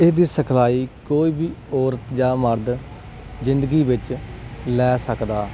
ਇਹਦੀ ਸਿਖਲਾਈ ਕੋਈ ਵੀ ਔਰਤ ਜਾਂ ਮਰਦ ਜ਼ਿੰਦਗੀ ਵਿੱਚ ਲੈ ਸਕਦਾ